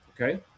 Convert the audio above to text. okay